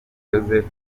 joseph